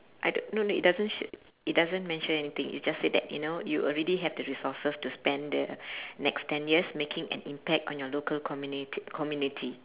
I do~ no no it doesn't sh~ it doesn't mention anything it just said that you know you already have the resources to spend the next ten years making an impact on your local communit~ community